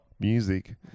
music